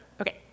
Okay